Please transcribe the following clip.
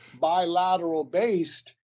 bilateral-based